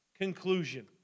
conclusion